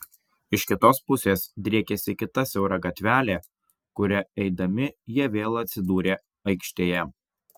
iš kitos pusės driekėsi kita siaura gatvelė kuria eidami jie vėl atsidūrė aikštėje